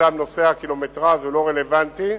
שם נושא הקילומטרז' לא רלוונטי,